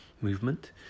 movement